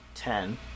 Ten